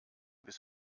bis